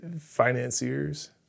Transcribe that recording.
financiers